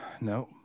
no